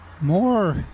more